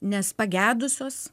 nes pagedusios